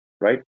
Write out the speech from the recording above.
Right